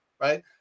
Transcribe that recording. right